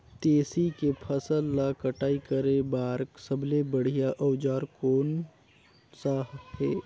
तेसी के फसल ला कटाई करे बार सबले बढ़िया औजार कोन सा हे?